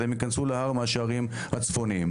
אז הם יכנסו להר מהשערים הצפוניים.